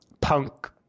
punk